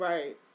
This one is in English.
Right